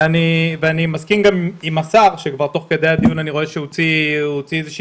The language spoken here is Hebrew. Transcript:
אני מסכים עם השר שכבר תוך כדי הדיון הוציא התייחסות,